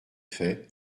fait